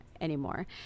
anymore